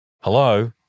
Hello